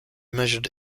measured